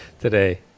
today